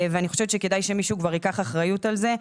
אני חושבת שכדאי שמישהו כבר ייקח אחריות על זה.